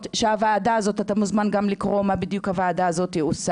באת לדיון ואתה לא יודע על מה הדיון פה?